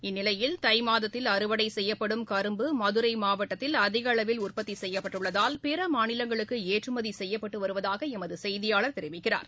இந்நிலையில் தை மாதத்தில் அறுவடை செய்யப்படும் கரும்பு மதுரை மாவட்டத்தில் அதிக அளவில் உற்பத்தி செய்யப்பட்டுள்ளதால் பிற மாநிலங்களுக்கு ஏற்றுமதி செய்யப்பட்டு வருவதாக எமது செய்தியாளர் தெரிவிக்கிறார்